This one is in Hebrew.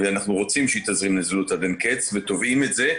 ואנחנו רוצים שתזרים נזילות עד אין קץ ותובעים את זה,